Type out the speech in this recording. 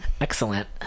Excellent